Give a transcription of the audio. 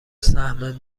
سهم